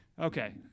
Okay